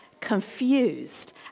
confused